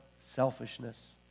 selfishness